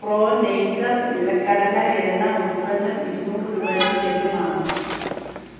pro nature നിലക്കടല എണ്ണ ഉൽപ്പന്നം ഇരുന്നൂറ് രൂപയ്ക്ക് ലഭ്യമാണോ